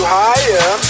higher